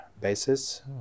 basis